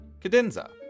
Cadenza